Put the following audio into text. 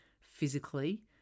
physically